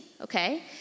okay